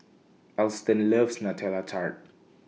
Alston loves Nutella Tart